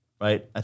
Right